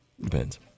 Depends